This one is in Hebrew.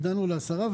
הגדלנו לעשרה,